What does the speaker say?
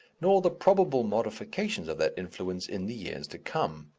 nor the probable modifications of that influence in the years to come,